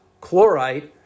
chlorite